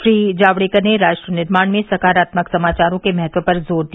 श्री जावड़ेकर ने राष्ट्र निर्माण में सकारात्मक समाचारों के महत्व पर जोर दिया